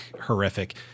horrific